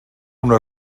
una